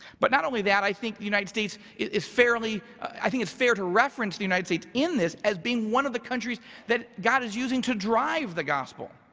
but not only that, i think the united states is fairly, i think it's fair to reference the united states in this, as being one of the countries that god is using to drive the gospel.